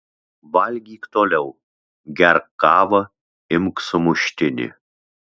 valgyk toliau gerk kavą imk sumuštinį